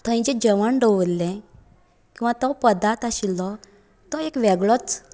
थंयचे जेवण दवरले किंवां तो पदार्थ आशिल्लो तो वेगळोच